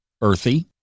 earthy